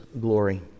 glory